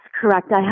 correct